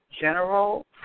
general